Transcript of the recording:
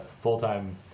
full-time